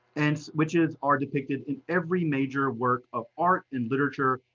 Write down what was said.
and witches are depicted in every major work of art and literature,